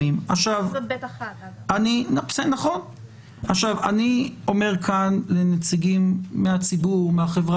אבל אם החלטתם נדבר בפעם הבאה שיש פרוצדורה שקשורה בבעלי